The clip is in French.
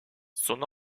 son